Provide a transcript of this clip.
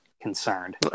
concerned